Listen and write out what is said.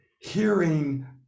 hearing